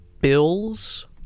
Bills